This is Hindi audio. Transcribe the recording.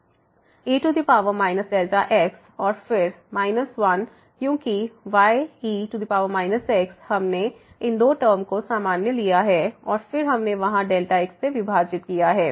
e x और फिर 1 क्योंकि ye x हमने इन दो टर्म को सामान्य लिया है और फिर हमने वहां xसे विभाजित किया है